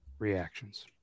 reactions